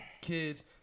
kids